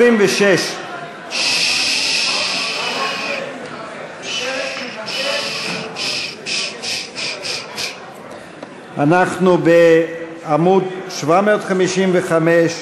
26. אנחנו בעמוד 755,